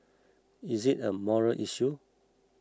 is it a moral issue